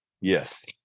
yes